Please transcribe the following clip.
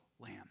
lamb